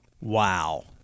Wow